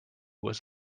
was